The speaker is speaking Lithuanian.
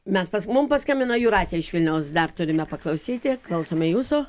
mes pas mum paskambino jūratė iš vilniaus dar turime paklausyti klausome jūsų